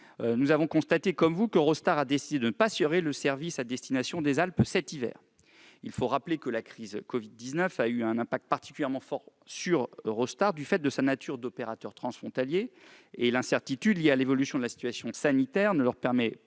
j'ai constaté comme vous qu'Eurostar avait décidé de ne pas assurer le service à destination des Alpes cet hiver. Il faut rappeler que la crise du covid-19 a eu un impact particulièrement fort sur Eurostar du fait de sa nature d'opérateur transfrontalier. L'incertitude liée à l'évolution de la situation sanitaire ne leur permet pas